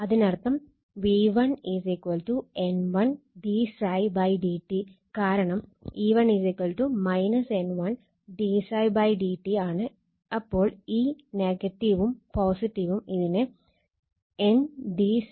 അതിനർത്ഥം V1 N1 d Ѱ dt കാരണം E1 N1 dѰdt ആണ് അപ്പോൾ ഈ ഉം ഉം ഇതിനെ N d Ѱ d t എന്നാക്കും